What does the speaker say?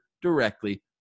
directly